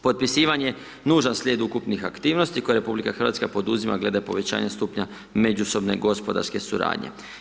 Potpisivanje, nužan slijed ukupnih aktivnosti koje RH poduzima glede povećanja stupnja međusobne gospodarske suradnje.